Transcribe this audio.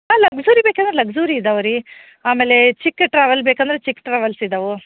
ಹಾಂ ಲಗ್ಸುರಿ ಬೇಕಂದ್ರೆ ಲಗ್ಸುರಿ ಇದಾವೆ ರೀ ಆಮೇಲೆ ಚಿಕ್ಕ ಟ್ರಾವೆಲ್ ಬೇಕಂದ್ರೆ ಚಿಕ್ಕ ಟ್ರಾವೆಲ್ಸ್ ಇದಾವೆ